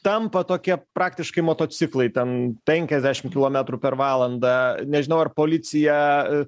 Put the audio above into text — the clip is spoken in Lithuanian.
tampa tokie praktiškai motociklai ten penkiasdešim kilometrų per valandą nežinau ar policija